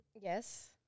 Yes